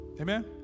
amen